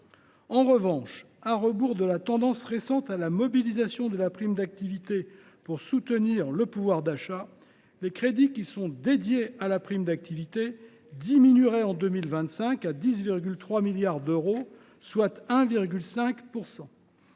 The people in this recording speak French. En revanche, à rebours de la tendance récente à la mobilisation de la prime d’activité pour soutenir le pouvoir d’achat, les crédits qui sont dédiés à la prime d’activité diminueraient en 2025 de 1,5 %, à hauteur de 10,3